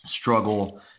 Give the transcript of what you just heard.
struggle